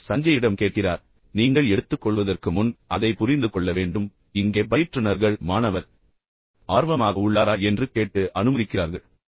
அவர் சஞ்சய்யிடம் கேட்கிறார் நீங்கள் எடுத்துக்கொள்வதற்கு முன் அதை புரிந்து கொள்ள வேண்டும் இங்கே பயிற்றுனர்கள் மாணவர் உண்மையிலேயே ஆர்வமாக உள்ளாரா என்று கேட்டு அனுமதிக்கிறார்கள்